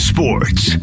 Sports